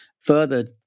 further